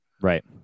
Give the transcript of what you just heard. right